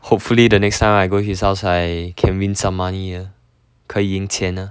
hopefully the next time I go his house I can win some money yeah 可以赢钱 ah